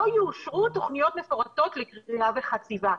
לא יאושרו תכניות מפורטות לכרייה וחציבה.